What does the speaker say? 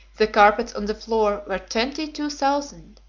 the carpets on the floor were twenty-two thousand.